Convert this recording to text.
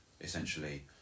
Essentially